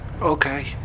Okay